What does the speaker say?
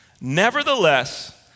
Nevertheless